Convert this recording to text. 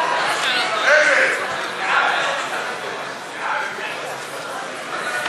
הצעת סיעת הרשימה המשותפת להביע אי-אמון בממשלה